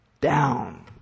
Down